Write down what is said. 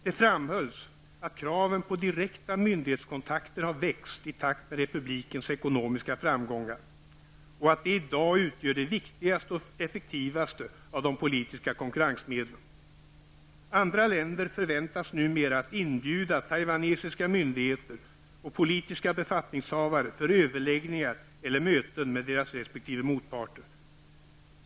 Det framhölls att kraven på direkta myndighetskontakter har växt i takt med republikens ekonomiska framgångar och att de i dag utgör det viktigaste och effektivaste av de politiska konkurrensmedlen. Andra länder förväntas numera inbjuda taiwanesiska myndigheter och politiska befattningshavare för överläggningar eller möten med deras resp. motparter.